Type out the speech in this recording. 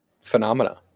phenomena